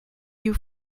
you